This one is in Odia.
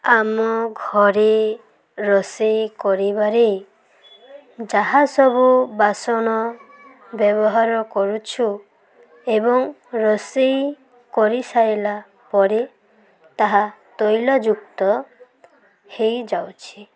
ଆମ ଘରେ ରୋଷେଇ କରିବାରେ ଯାହା ସବୁ ବାସନ ବ୍ୟବହାର କରୁଛୁ ଏବଂ ରୋଷେଇ କରିସାରିଲା ପରେ ତାହା ତୈଲଯୁକ୍ତ ହେଇଯାଉଛି